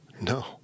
No